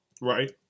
Right